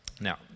Now